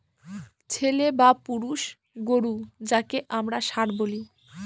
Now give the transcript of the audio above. ছেলে বা পুরুষ গোরু যাকে আমরা ষাঁড় বলি